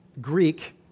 Greek